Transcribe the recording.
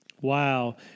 Wow